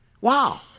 Wow